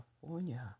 California